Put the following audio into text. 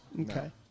Okay